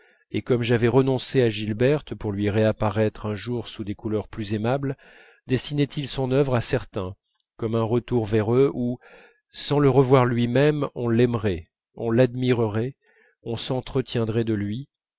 et comme j'avais renoncé à gilberte pour lui réapparaître un jour sous des couleurs plus aimables destinait il son œuvre à certains comme un retour vers eux où sans le revoir lui-même on l'aimerait on l'admirerait on s'entretiendrait de lui